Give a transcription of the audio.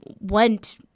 went